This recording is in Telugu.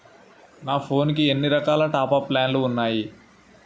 నా ఫోన్ కి ఎన్ని రకాల టాప్ అప్ ప్లాన్లు ఉన్నాయి?